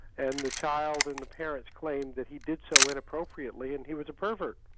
and the child and the parents claimed that he did so inappropriately and he was a pervert.